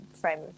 frame